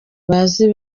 bazi